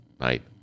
night